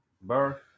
Bar